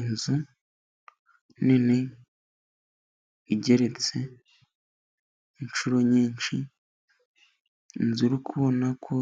Inzu nini igeretse inshuro nyinshi. Inzu uri kubona ko